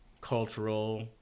cultural